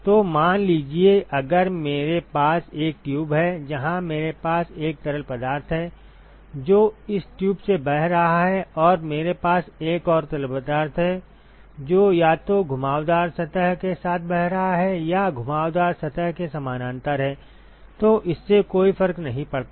तो मान लीजिए अगर मेरे पास एक ट्यूब है जहां मेरे पास एक तरल पदार्थ है जो इस ट्यूब से बह रहा है और मेरे पास एक और तरल पदार्थ है जो या तो घुमावदार सतह के साथ बह रहा है या घुमावदार सतह के समानांतर है तो इससे कोई फर्क नहीं पड़ता